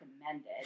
recommended